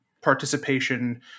participation